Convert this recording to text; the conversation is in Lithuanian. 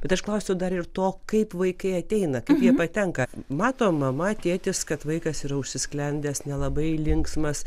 bet aš klausiu dar ir to kaip vaikai ateina kaip jie patenka mato mama tėtis kad vaikas yra užsisklendęs nelabai linksmas